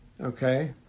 Okay